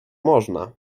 można